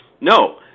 No